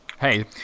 Hey